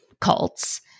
cults